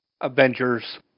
Avengers